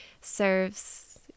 serves